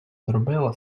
зробила